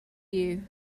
you